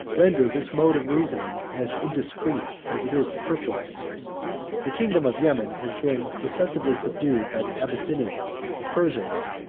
render this mode of reasoning as indiscreet as it is superfluous the kingdom of yemen has been successively subdued by the abyssinians, the persians,